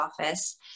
office